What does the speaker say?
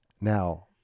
Now